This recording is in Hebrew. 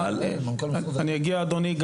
אדוני,